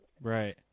Right